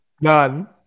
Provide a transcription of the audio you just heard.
None